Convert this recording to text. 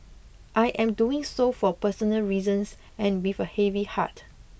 I am doing so for personal reasons and with a heavy heart